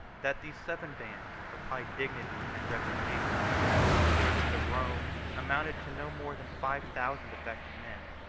that these seven bands, of high dignity and reputation in the service of rome, amounted to no more than five thousand effective men.